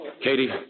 Katie